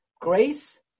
grace